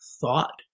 thought